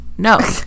No